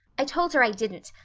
i told her i didn't,